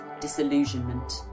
disillusionment